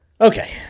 Okay